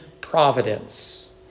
providence